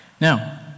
Now